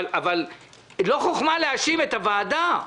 אבל לא חוכמה להאשים את הוועדה.